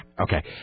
Okay